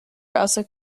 browser